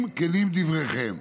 אם כנים דבריכם.